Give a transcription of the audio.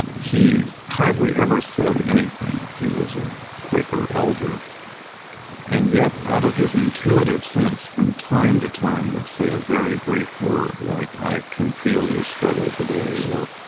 he hardly ever said anything he was a quaker elder and yet, out of his intuitive sense, from time to time would say a very brief word, like i can feel your struggle today, or,